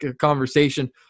conversation